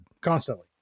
constantly